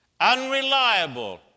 unreliable